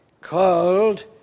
called